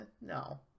No